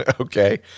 Okay